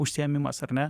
užsiėmimas ar ne